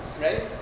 right